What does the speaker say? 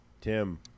Tim